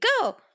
Go